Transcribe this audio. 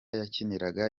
yakiniraga